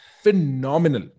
phenomenal